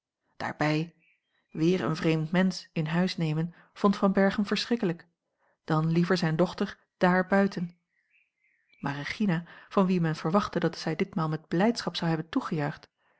daarbij weer een vreemd mensch in huis nemen vond van berchem verschrikkelijk dan liever zijne dochter dààr buiten maar regina van wie men verwachtte dat zij ditmaal met blijdschap zou hebben